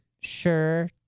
Sure